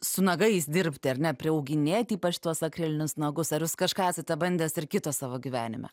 su nagais dirbti ar ne priauginėti ypač tuos akrilinius nagus ar jūs kažką esate bandęs ir kito savo gyvenime